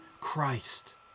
Christ